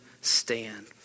stand